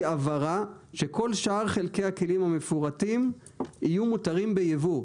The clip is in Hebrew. הבהרה שכל שאר חלקי הכלים המפורטים יהיו מותרים בייבוא,